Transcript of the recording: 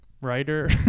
writer